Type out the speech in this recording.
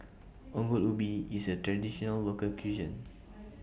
Ongol Ubi IS A Traditional Local Cuisine